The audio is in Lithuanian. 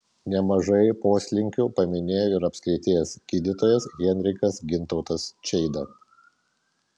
nemažai poslinkių paminėjo ir apskrities gydytojas henrikas gintautas čeida